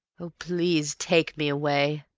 oh, please take me away.